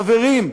חברים,